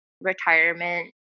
retirement